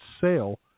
sale